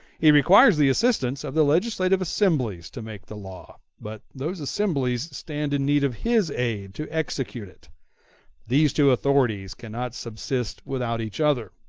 he requires the assistance of the legislative assemblies to make the law, but those assemblies stand in need of his aid to execute it these two authorities cannot subsist without each other,